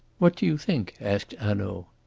what do you think? asked hanaud.